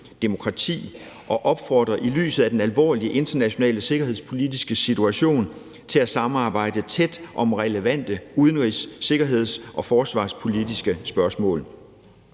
demokrati og opfordrer i lyset af den alvorlige internationale sikkerhedspolitiske situation til at samarbejde tæt om relevante udenrigs-, sikkerheds- og forsvarspolitiske spørgsmål.